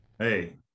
Hey